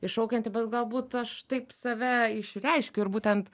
iššaukianti bet galbūt aš taip save išreiškiu ir būtent